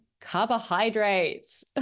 carbohydrates